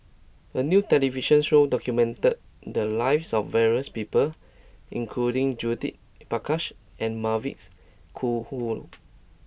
a new television show documented the lives of various people including Judith Prakash and Mavis Khoo